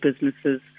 businesses